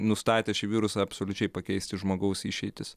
nustatę šį virusą absoliučiai pakeisti žmogaus išeitis